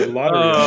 Lottery